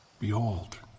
Behold